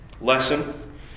lesson